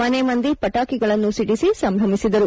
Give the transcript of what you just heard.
ಮನೆ ಮಂದಿ ಪಟಾಕಿಗಳನ್ನೂ ಸಿದಿಸಿ ಸಂಭ್ರಮಿಸಿದರು